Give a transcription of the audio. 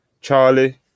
charlie